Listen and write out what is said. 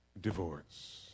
divorce